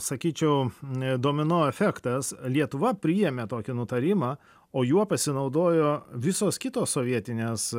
sakyčiau e domino efektas lietuva priėmė tokį nutarimą o juo pasinaudojo visos kitos sovietinės